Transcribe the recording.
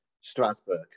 Strasbourg